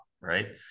right